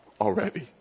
already